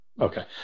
Okay